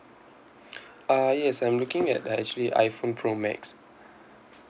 uh yes I'm looking at actually iphone pro max